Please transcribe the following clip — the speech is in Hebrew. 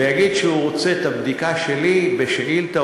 ויגיד שהוא רוצה את הבדיקה שלי בשאילתה,